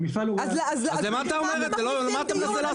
והמפעל הוא אנחנו מדברים על סגירת המפעל מה אתה מנסה לעשות פה?